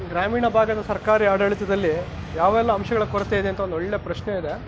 ಗ್ರಾಮೀಣ ಭಾಗದ ಸರ್ಕಾರಿ ಆಡಳಿತದಲ್ಲಿ ಯಾವೆಲ್ಲ ಅಂಶಗಳ ಕೊರತೆಯಿದೆ ಅಂತ ಒಂದು ಒಳ್ಳೆಯ ಪ್ರಶ್ನೆಯಿದೆ